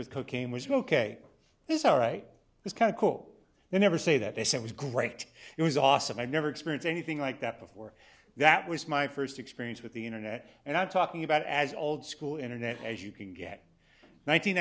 with cocaine was ok this are right it's kind of cool they never say that they said was great it was awesome i've never experienced anything like that before that was my first experience with the internet and i'm talking about as old school internet as you can get